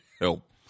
help